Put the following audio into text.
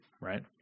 Right